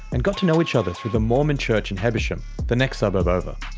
and got to know each other through the mormon church in hebersham, the next suburb over.